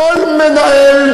כל מנהל,